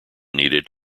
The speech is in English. needed